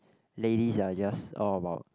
ladies are just all about